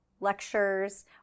lectures